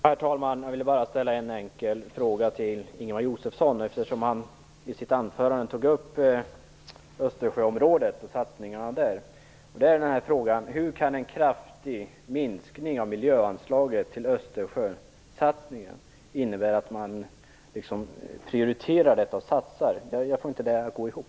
Herr talman! Jag vill bara ställa en enkel fråga till Ingemar Josefsson, eftersom han i sitt anförande tog upp satsningarna i Östersjöområdet: Hur kan en kraftig minskning av miljöanslaget till Östersjösatsningen innebära att man prioriterar den? Jag får inte det att gå ihop.